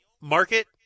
market